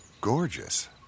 gorgeous